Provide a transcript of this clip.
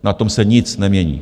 Na tom se nic nemění.